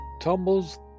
tumbles